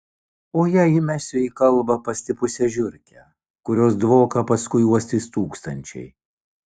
o jei įmesiu į kalbą pastipusią žiurkę kurios dvoką paskui uostys tūkstančiai